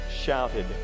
shouted